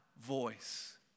voice